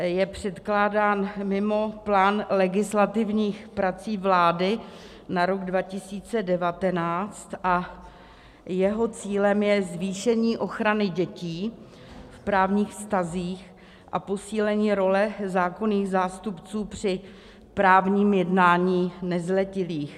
Je předkládán mimo plán legislativních prací vlády na rok 2019 a jeho cílem je zvýšení ochrany dětí v právních vztazích a posílení role zákonných zástupců při právním jednání nezletilých.